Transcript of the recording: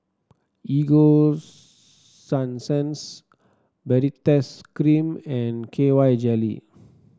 Ego Sunsense Baritex Cream and K Y Jelly